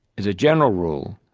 as a general rule,